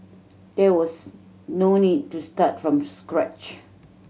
there was no need to start from scratch